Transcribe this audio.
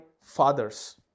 fathers